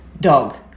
dog